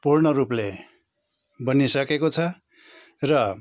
पूर्ण रूपले बनिसकेको छ र